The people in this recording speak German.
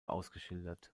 ausgeschildert